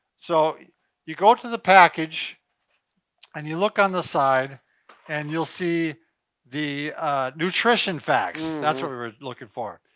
so you go to the package and you look on the side and you'll see the nutrition facts. that's what we were looking for.